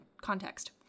context